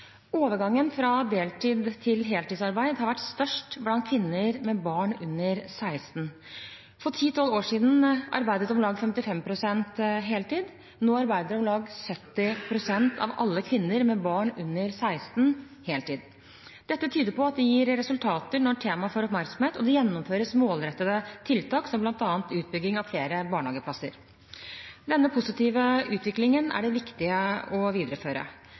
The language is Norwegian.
Overgangen fra deltids- til heltidsarbeid har vært størst blant kvinner med barn under 16 år. For ti–tolv år siden arbeidet om lag 55 pst. heltid, nå arbeider om lag 70 pst. av alle kvinner med barn under 16 år heltid. Dette tyder på at det gir resultater når temaet får oppmerksomhet og det gjennomføres målrettede tiltak som bl.a. utbygging av flere barnehageplasser. Denne positive utviklingen er det viktig å videreføre.